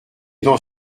dans